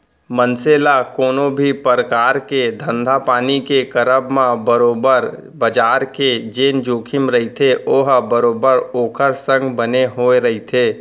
मनसे ल कोनो भी परकार के धंधापानी के करब म बरोबर बजार के जेन जोखिम रहिथे ओहा बरोबर ओखर संग बने होय रहिथे